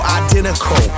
identical